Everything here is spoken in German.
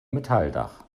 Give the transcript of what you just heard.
metalldach